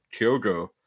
Kyogo